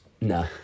No